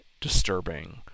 disturbing